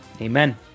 Amen